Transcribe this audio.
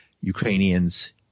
ukrainians